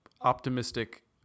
optimistic